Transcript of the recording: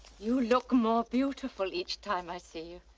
you look more beautiful each time i see you.